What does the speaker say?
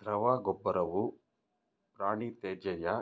ದ್ರವಗೊಬ್ಬರವು ಪ್ರಾಣಿತ್ಯಾಜ್ಯ